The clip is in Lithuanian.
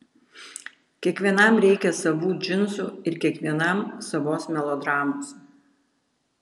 kiekvienam reikia savų džinsų ir kiekvienam savos melodramos